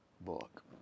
book